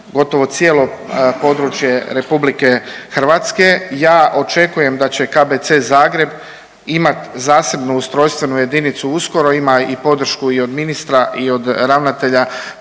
gotovo cijelo područje RH. Ja očekujem da će KBC Zagreba imat zasebnu ustrojstvenu jedinicu uskoro, ima i podršku i od ministra i od ravnatelja